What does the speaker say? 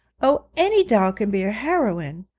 oh, any doll can be a heroine.